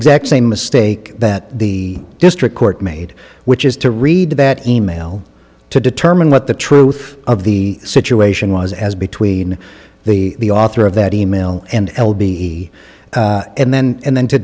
exact same mistake that the district court made which is to read that e mail to determine what the truth of the situation was as between the author of that e mail and l b and then and then to